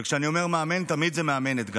וכשאני אומר מאמן, כוונתי תמיד גם למאמנת,